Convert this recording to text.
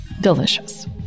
delicious